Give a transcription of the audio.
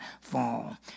fall